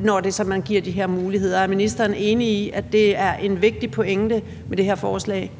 når det er sådan, at man giver de her muligheder. Er ministeren enig i, at det er en vigtig pointe med det her forslag?